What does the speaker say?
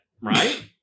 right